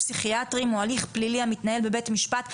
טיפול או אשפוז פסיכיאטרי או הליך פלילי המתנהל בבית משפט,